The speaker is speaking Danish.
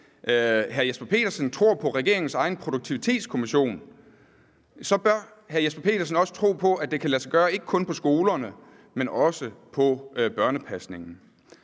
hr. Jesper Petersen tror på regeringens egne produktivitetskommission, så bør hr. Jesper Petersen også tro på, at det ikke alene kan lade sig gøre på skolerne, men også i børnepasningen.